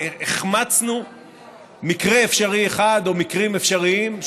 החמצנו מקרה אפשרי אחד או מקרים אפשריים,